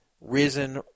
risen